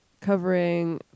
covering